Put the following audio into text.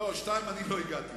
לא, לשניים לא הגעתי.